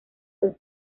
son